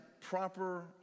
proper